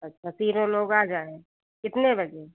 अच्छा तीनों लोग आ जाएँ कितने बजे